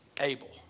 able